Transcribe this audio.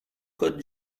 code